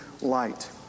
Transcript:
light